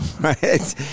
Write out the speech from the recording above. right